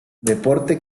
deporte